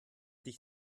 dich